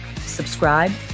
subscribe